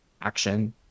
action